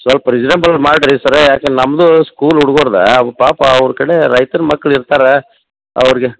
ಸೊಲ್ಪ ರಿಜನೆಬಲ್ ಮಾಡ್ರಿ ಸರ ಯಾಕನ್ ನಮ್ಮದು ಸ್ಕೂಲ್ ಹುಡುಗುರ್ದ ಅವು ಪಾಪಾ ಅವ್ರ ಕಡೆ ರೈತ್ರ ಮಕ್ಳು ಇರ್ತಾರ ಅವ್ರ್ಗೆ